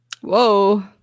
Whoa